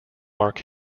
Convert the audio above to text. mark